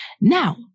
Now